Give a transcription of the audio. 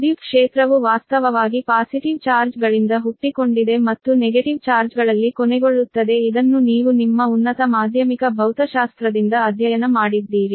ವಿದ್ಯುತ್ ಕ್ಷೇತ್ರವು ವಾಸ್ತವವಾಗಿ ಪಾಸಿಟಿವ್ ಚಾರ್ಜ್ ಗಳಿಂದ ಹುಟ್ಟಿಕೊಂಡಿದೆ ಮತ್ತು ನೆಗೆಟಿವ್ ಚಾರ್ಜ್ಗಳಲ್ಲಿ ಕೊನೆಗೊಳ್ಳುತ್ತದೆ ಇದನ್ನು ನೀವು ನಿಮ್ಮ ಉನ್ನತ ಮಾಧ್ಯಮಿಕ ಭೌತಶಾಸ್ತ್ರದಿಂದ ಅಧ್ಯಯನ ಮಾಡಿದ್ದೀರಿ